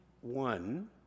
one